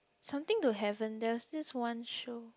something to heaven there was this one show